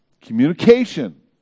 communication